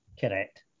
Correct